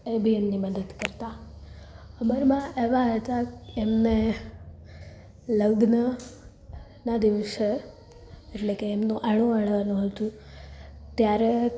એ બી એમની મદદ કરતાં અમરમાં એવાં હતાં એમને લગ્ન ના દિવસે એટલે કે એમનું આણું વાળવાનું હતું ત્યારે